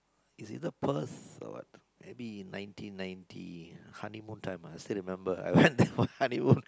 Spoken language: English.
it's either Perth or what maybe nineteen ninety honeymoon time ah I still remember I went there for honeymoon